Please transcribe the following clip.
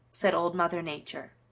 said old mother nature.